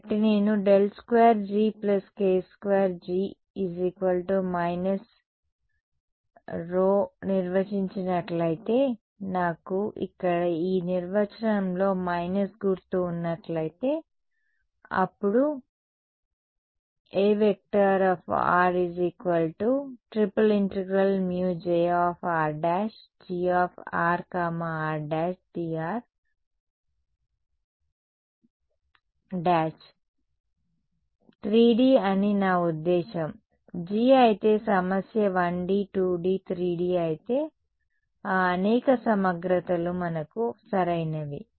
కాబట్టి నేను ∇2 G k2G δ నిర్వచించినట్లయితే నాకు ఇక్కడ ఈ నిర్వచనం లో మైనస్ గుర్తు ఉన్నట్లయితే అప్పుడు A ∫∫∫μJr'Grr ' dr " 3D అని నా ఉద్దేశ్యం G అయితే సమస్య 1D 2D 3D అయితే ఆ అనేక సమగ్రతలు మనకు సరైనవి